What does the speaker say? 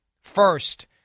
first